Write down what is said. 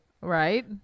Right